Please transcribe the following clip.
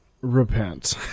repent